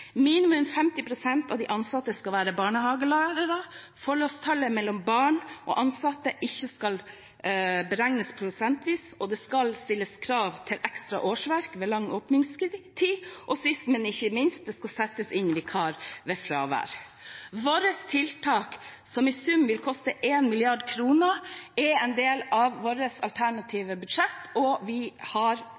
Minimum 50 pst. av de ansatte skal være barnehagelærere, forholdstallet mellom barn og ansatte skal ikke regnes prosentvis, det skal stilles krav til ekstra årsverk ved lang åpningstid, og sist, men ikke minst skal det settes inn vikar ved fravær. Våre tiltak som i sum vil koste 1 mrd. kr, er en del av vårt alternative budsjett, og vi har